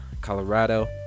colorado